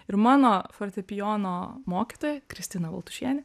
ir mano fortepijono mokytoja kristina baltušienė